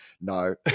no